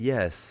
Yes